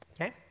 Okay